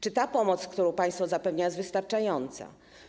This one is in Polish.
Czy ta pomoc, którą państwo zapewnia, jest wystarczająca?